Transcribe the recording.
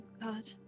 God